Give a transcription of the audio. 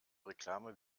reklame